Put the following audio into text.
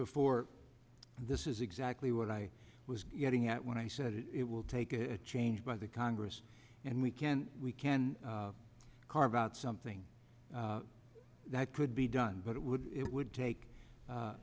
before this is exactly what i was getting at when i said it will take a change by the congress and we can we can carve out something that could be done but it would it would take